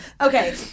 okay